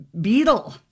beetle